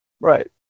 Right